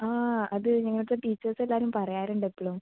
ആ അത് ഞങ്ങൾക്ക് ടീച്ചേഴ്സ് എല്ലാവരും പറയാറുണ്ടെപ്പോഴും